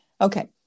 Okay